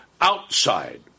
outside